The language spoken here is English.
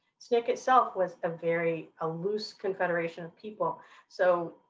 sncc itself was a very ah loose confederation of people so